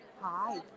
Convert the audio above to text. Hi